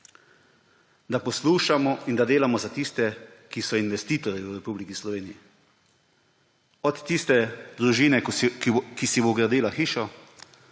da poslušamo in da delamo za tiste, ki so investitorji v Republiki Sloveniji, od tiste družine, ki si bo gradila hišo,